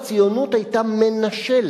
שהוא שטח שנמצא בשליטה ישראלית למעשה,